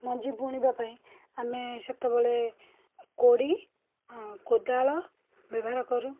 ମଞ୍ଜିବୁଣିବା ପାଇଁ ଆମେ ସେତେବେଳେ କୋଡ଼ି ଏଁ କୋଦାଳ ବ୍ୟବହାର କରୁ